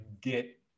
get